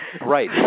Right